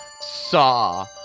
Saw